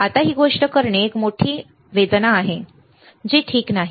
आता ही गोष्ट करणे ही एक मोठी वेदना आहे आणि जी ठीक नाही